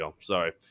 Sorry